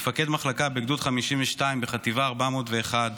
מפקד מחלקה בגדוד 52 בחטיבה 401,